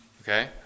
Okay